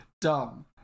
Dumb